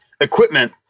equipment